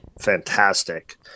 fantastic